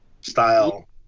style